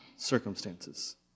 circumstances